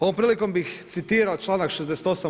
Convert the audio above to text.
Ovom prilikom bih citirao članak 68.